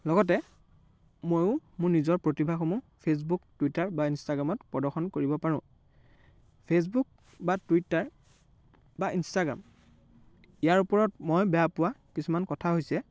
লগতে মইও মোৰ নিজৰ প্ৰতিভাসমূহ ফেচবুক টুইটাৰ বা ইনষ্টাগ্ৰামত প্ৰদৰ্শন কৰিব পাৰোঁ ফেচবুক বা টুইটাৰ বা ইনষ্টাগ্ৰাম ইয়াৰ ওপৰত মই বেয়া পোৱা কিছুমান কথা হৈছে